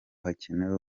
hakenewe